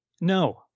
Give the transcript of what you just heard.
No